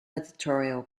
editorial